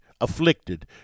afflicted